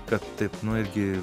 kad taip nu irgi